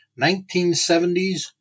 1970s